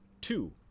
Two